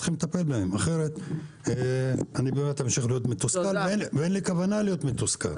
אחרת אני אמשיך להיות מתוסכל ואין לי כוונה להיות מתוסכל.